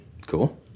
Cool